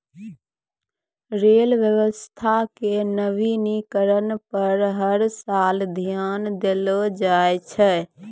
rail व्यवस्था के नवीनीकरण पर हर साल ध्यान देलो जाय छै